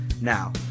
Now